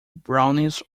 brownies